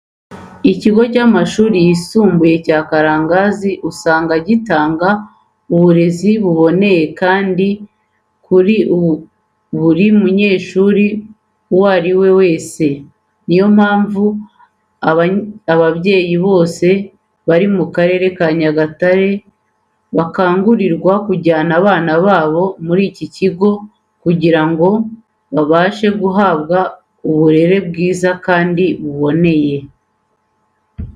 Ikigo cy'amashuri yisumbuye cya Karangazi usanga gitanga uburezi buboneye kandi kuri buri munyeshuri uwo ari we wese. Niyo mpamvu ababyeyi bose bari mu karere ka Nyagatare bakangurirwa kujyana abana babo muri iki kigo kugira ngo bazabashe guhabwa uburere bwiza kandi buboneye.